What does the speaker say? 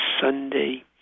Sunday